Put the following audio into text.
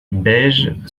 beige